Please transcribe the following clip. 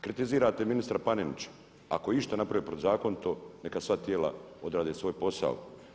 Kritizirate ministra Panenića, ako je išta napravio protuzakonito neka sva tijela odrade svoj posao.